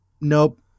Nope